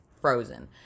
frozen